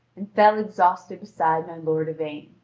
and fell exhausted beside my lord yvain,